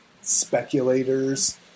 speculators